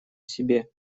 себе